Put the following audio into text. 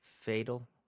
Fatal